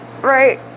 Right